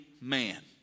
man